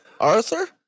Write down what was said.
Arthur